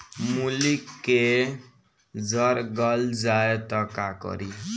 मूली के जर गल जाए त का करी?